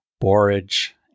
borage